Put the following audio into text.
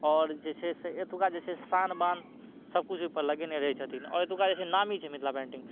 आओर जे छै से एतुका जे छै से शान बान सब किछु ओइपर लगेने रहय छथिन आओर एतुका जे छै नामी छै मिथिला पेन्टिंग